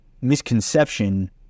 misconception